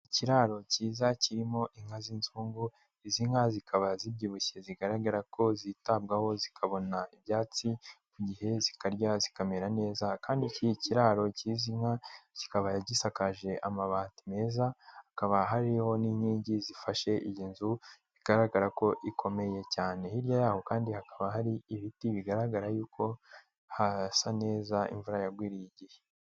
Ikiraro kiza kirimo inka z'inzungu izi nka zikaba zibyibushye zigaragara ko zitabwaho zikabona ibyatsi ku gihe zikarya zikamera neza, kandi iki kiraro cy'izi nka kikaba gisakaje amabati meza hakaba hariho n'inkingi zifashe iyi nzu bigaragara ko ikomeye cyane. Hirya yaho kandi hakaba hari ibiti bigaragara yuko hasa neza imvura yagwiriye igihe.